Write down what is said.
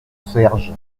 serge